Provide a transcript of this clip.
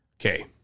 Okay